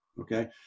Okay